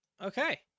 okay